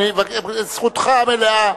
זו זכותך המלאה,